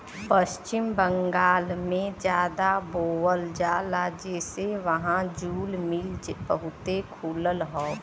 पश्चिम बंगाल में जादा बोवल जाला जेसे वहां जूल मिल बहुते खुलल हौ